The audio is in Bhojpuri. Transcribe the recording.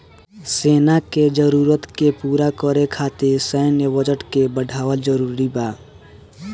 सेना के जरूरत के पूरा करे खातिर सैन्य बजट के बढ़ावल जरूरी बा